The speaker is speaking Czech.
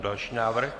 Další návrh.